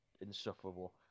insufferable